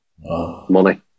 Money